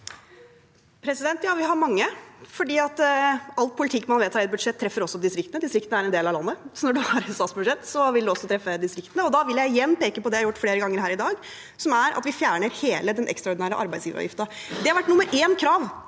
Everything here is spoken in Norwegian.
Ja, vi har mange, for all po- litikk man vedtar i et budsjett, treffer også distriktene. Distriktene er en del av landet. Så når man har et statsbudsjett, vil man også treffe distriktene. Da vil jeg igjen peke på det jeg har gjort flere ganger her i dag, som er at vi fjerner hele den ekstraordinære arbeidsgiveravgiften. Det har vært krav nummer én fra